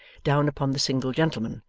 down upon the single gentleman,